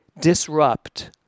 disrupt